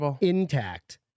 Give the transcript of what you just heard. intact